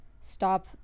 stop